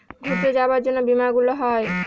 ঘুরতে যাবার জন্য বীমা গুলো হয়